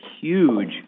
huge